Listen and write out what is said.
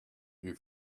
you